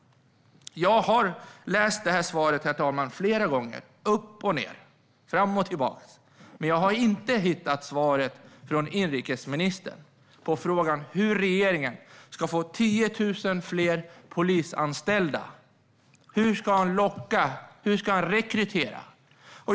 Jag har läst svaret, herr talman, flera gånger - upp och ned, fram och tillbaka. Men jag har inte hittat svaret från inrikesministern på frågan hur regeringen ska få 10 000 fler polisanställda. Hur ska han locka och rekrytera?